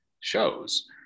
shows